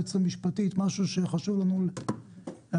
היועצת המשפטית, משהו שחשוב להבהיר?